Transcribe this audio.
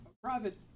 private